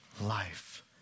life